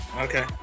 okay